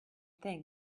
thing